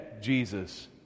Jesus